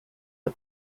the